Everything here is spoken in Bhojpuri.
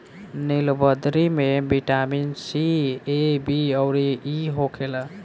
नीलबदरी में बिटामिन सी, ए, बी अउरी इ होखेला